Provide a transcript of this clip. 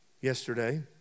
yesterday